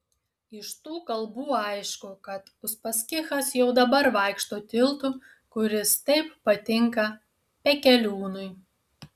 iš tų kalbų aišku kad uspaskichas jau dabar vaikšto tiltu kuris taip patinka pekeliūnui